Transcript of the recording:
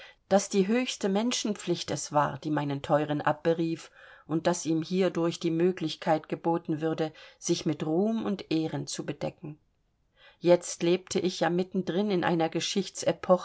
daß die höchste menschenpflicht es war die meinen teuren abberief und daß ihm hierdurch die möglichkeit geboten würde sich mit ruhm und ehren zu bedecken jetzt lebte ich ja mitten drin in einer